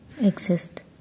exist